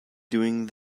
doing